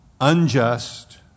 unjust